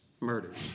murders